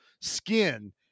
skin